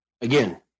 Again